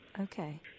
Okay